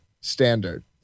standard